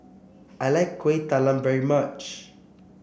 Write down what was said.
I like Kuih Talam very much